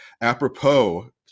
Apropos